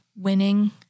winning